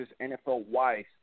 NFL-wise